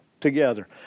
together